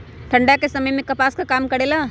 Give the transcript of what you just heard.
ठंडा के समय मे कपास का काम करेला?